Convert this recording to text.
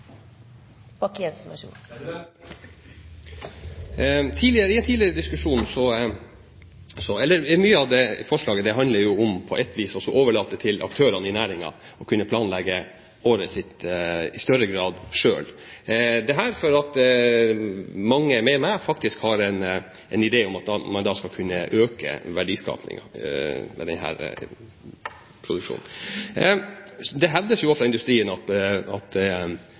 Mye av dette forslaget handler på et vis om å overlate til aktørene i næringen å kunne planlegge året sitt i større grad selv – dette fordi mange med meg har en idé om at man da skal kunne øke verdiskapingen ved denne produksjonen. Det hevdes jo fra industrien at det om høsten er et godt betalende ferskfiskmarked. Det er en del av bakgrunnen for ferskfiskstrategien til regjeringen. På et tidligere spørsmål fra meg om det med kvoteordninger sa ministeren at